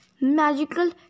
Magical